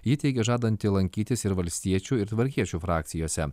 ji teigė žadanti lankytis ir valstiečių ir tvarkiečių frakcijose